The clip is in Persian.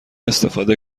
استفاده